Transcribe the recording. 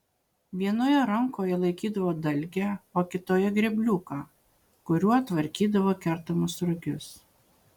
vienoje rankoje laikydavo dalgę o kitoje grėbliuką kuriuo tvarkydavo kertamus rugius